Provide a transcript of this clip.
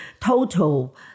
total